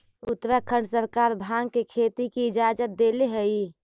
उत्तराखंड सरकार भाँग के खेती के इजाजत देले हइ